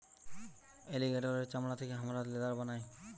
অলিগেটের এর চামড়া থেকে হামরা লেদার বানাই